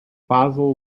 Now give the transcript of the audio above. faisal